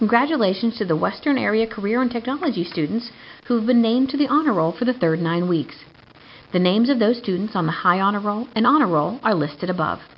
it's graduation to the western area career in technology students who've been named to the honor roll for the third nine weeks the names of those students on the high honor roll and honor roll are listed above